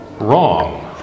wrong